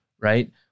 right